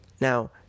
Now